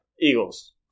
Eagles